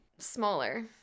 smaller